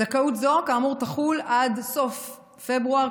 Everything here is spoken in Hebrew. זכאות זו כאמור תחול עד סוף פברואר,